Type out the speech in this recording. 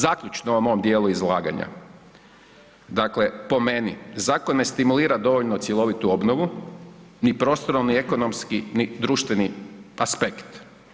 Zaključno ovom mom dijelu izlaganja, dakle, po meni, zakon ne stimulira dovoljno cjelovitu obnovu ni prostorno ni ekonomski ni društveni aspekt.